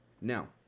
Now